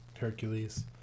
Hercules